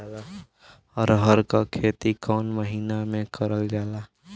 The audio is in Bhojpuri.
अरहर क खेती कवन महिना मे करल जाला?